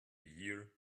year